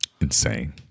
Insane